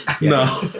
No